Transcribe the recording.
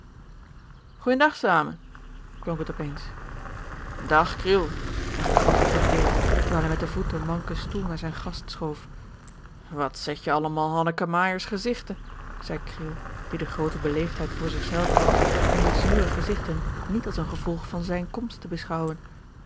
zamen klonk het op eens dag kriel was de groet van dirk terwijl hij met den voet een manken stoel naar zijn gast schoof wat zet je allemaal hannekemaaijersgezigten zeî kriel die de groote beleefdheid voor zichzelven had om die zure gezigten niet als een gevolg van zijne komst te beschouwen